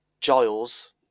Giles